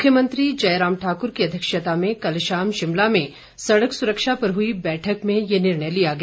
मुख्यमंत्री जय राम ठाकुर की अध्यक्षता में कल शाम शिमला में सड़क सुरक्षा पर हुई बैठक में ये निर्णय लिया गया